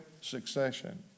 succession